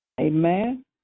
Amen